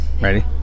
Ready